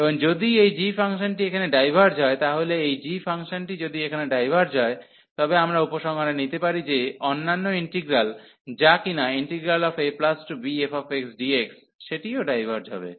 এবং যদি এই g ফাংশনটি এখানে ডাইভার্জ হয় তাহলে এই g ফাংশনটি যদি এখানে ডাইভার্জ হয় তবে আমরা উপসংহারে নিতে পারি যে অন্যান্য ইন্টিগ্রাল যা কিনা abfxdx সেটিও ডাইভার্জ হবে